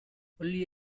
only